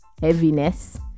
heaviness